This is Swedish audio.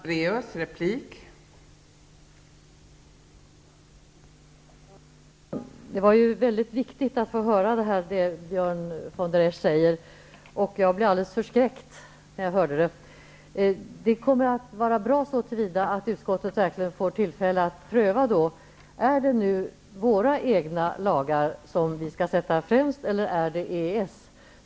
Fru talman! Det var mycket viktigt att få höra det som Björn von der Esch sade, och jag blev alldeles förskräckt när jag hörde det. Det kommer att vara bra så till vida att utskottet verkligen får tillfälle att pröva, om det är våra egna lagar som vi nu skall sätta främst eller EES lagar.